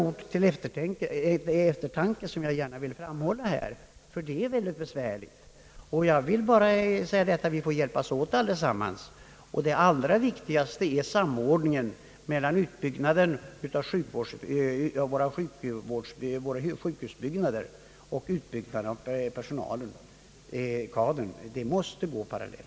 Jag vill gärna ha sagt dessa ord som maning till eftertanke, ty det är ett synnerligen besvärligt problem som det här är fråga om. Vi får hjälpas åt allesammans. Det allra viktigaste är god samordning mellan utbyggnaden av våra sjukhus och utbyggnaden av personalutbildningen.